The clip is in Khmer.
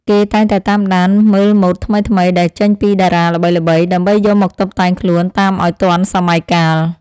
គេតែងតែតាមដានមើលម៉ូដថ្មីៗដែលចេញពីតារាល្បីៗ ដើម្បីយកមកតុបតែងខ្លួនតាមឱ្យទាន់សម័យកាល។